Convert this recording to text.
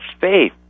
faith